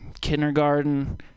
kindergarten